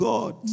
God